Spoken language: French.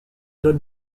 don